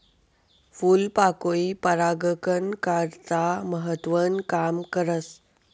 फूलपाकोई परागकन करता महत्वनं काम करस